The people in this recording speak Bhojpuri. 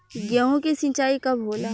गेहूं के सिंचाई कब होला?